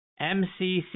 MCC